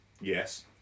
Yes